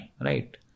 right